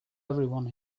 everyone